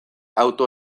auto